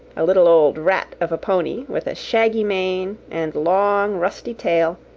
a little old rat of a pony, with a shaggy mane and long, rusty tail,